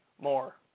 more